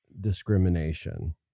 discrimination